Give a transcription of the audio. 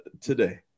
today